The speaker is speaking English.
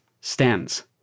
stands